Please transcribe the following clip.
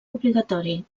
obligatori